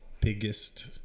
biggest